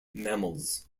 mammals